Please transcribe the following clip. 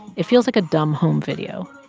it feels like a dumb home video.